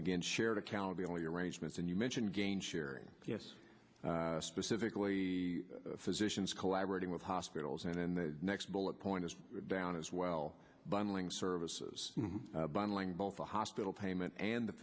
again shared accountability arrangements and you mentioned again sharing yes specifically physicians collaborating with hospitals and in the next bullet point down as well bundling services bundling both the hospital payment and the